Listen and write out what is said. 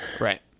Right